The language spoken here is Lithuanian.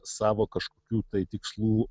savo kažkokių tai tikslų